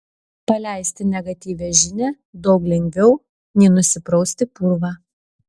paleisti negatyvią žinią daug lengviau nei nusiprausti purvą